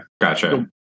gotcha